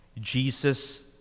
Jesus